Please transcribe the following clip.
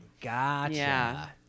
Gotcha